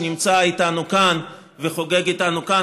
שנמצא איתנו כאן וחוגג איתנו כאן,